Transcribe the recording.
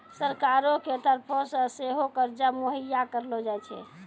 सरकारो के तरफो से सेहो कर्जा मुहैय्या करलो जाय छै